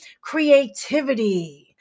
creativity